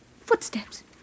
Footsteps